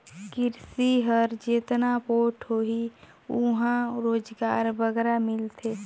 किरसी हर जेतना पोठ होही उहां रोजगार बगरा मिलथे